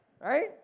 Right